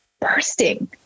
bursting